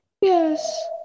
Yes